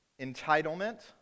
entitlement